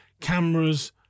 cameras